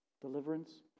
deliverance